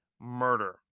murder